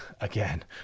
again